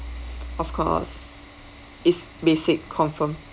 of course it's basic confirm